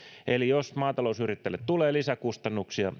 eli jos maatalousyrittäjille tulee lisäkustannuksia